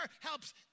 helps